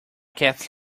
cat